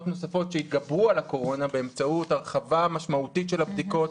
נוספות שהתגברו על הקורונה באמצעות הרחבה משמעותית של הבדיקות,